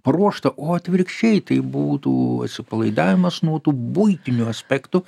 paruošta o atvirkščiai tai būtų atsipalaidavimas nuo tų buitinių aspektų